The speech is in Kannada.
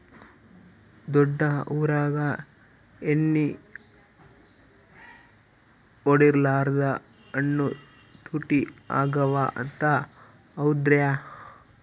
ದೊಡ್ಡ ಊರಾಗ ಎಣ್ಣಿ ಹೊಡಿಲಾರ್ದ ಹಣ್ಣು ತುಟ್ಟಿ ಅಗವ ಅಂತ, ಹೌದ್ರ್ಯಾ?